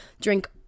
drink